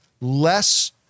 less